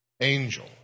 angel